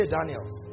Daniels